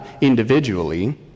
individually